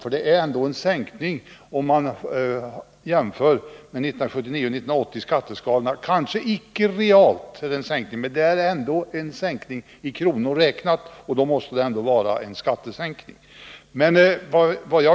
För det är ändå en sänkning om man jämför med skatteskalorna för 1979/80, kanske icke realt, men i kronor räknat är det ändå en sänkning.